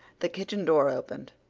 the kitchen door opened.